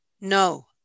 No